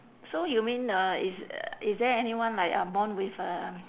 so you mean uh is uh is there anyone like uh born with a